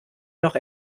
noch